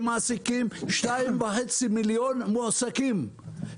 שמעסיקים 2.5 מיליון מועסקים,